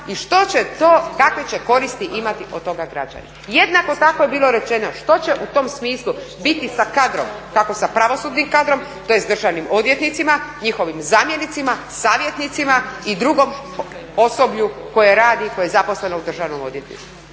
i što će to, kakve će koristi imati od toga građani. Jednako tako je bilo rečeno što će u tom smislu biti sa kadrom, kako sa pravosudnim kadrom tj. državnim odvjetnicima, njihovim zamjenicima, savjetnicima i drugom osoblju koje radi i koje je zaposleno u državnom odvjetništvu.